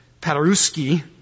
Paderewski